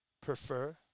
prefer